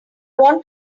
want